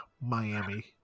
Miami